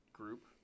group